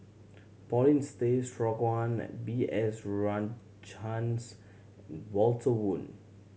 Paulin Straughan and B S Rajhans Walter Woon